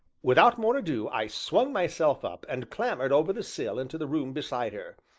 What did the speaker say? without more ado i swung myself up, and clambered over the sill into the room beside her.